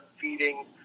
feeding